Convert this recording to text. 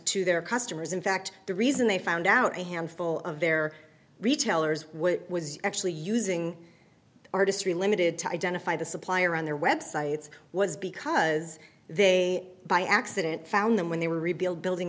to their customers in fact the reason they found out a handful of their retailers what was actually using artistry limited to identify the supplier on their websites was because they by accident found them when they were revealed building